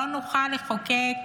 לא נוכל לחוקק